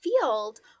field